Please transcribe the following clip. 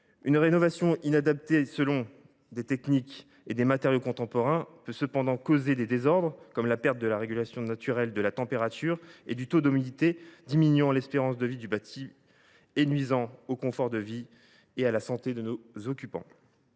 Une rénovation inadaptée, appuyée sur des techniques et des matériaux contemporains peut causer des désordres, comme la perte de la régulation naturelle de la température et du taux d’humidité, diminuant l’espérance de vie du bâti et nuisant au confort de vie et à la santé de ses occupants.